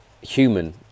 human